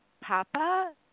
Papa